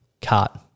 cut